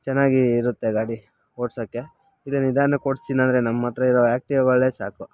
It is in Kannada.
ಚೆನ್ನಾಗಿ ಇರುತ್ತೆ ಗಾಡಿ ಓಡ್ಸೋಕ್ಕೆ ಇದು ನಿಧಾನಕ್ಕೆ ಓಡ್ಸ್ತೀನಿ ಅಂದರೆ ನಮ್ಮ ಹತ್ರ ಇರೋ ಆ್ಯಕ್ಟಿವಗಳೇ ಸಾಕು